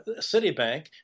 Citibank